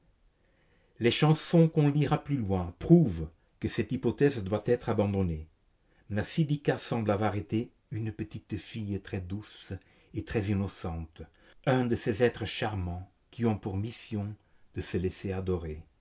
les chansons qu'on lira plus loin prouvent que cette hypothèse doit être abandonnée mnasidika semble avoir été une petite fille très douce et très innocente un de ces êtres charmants qui ont pour mission de se laisser adorer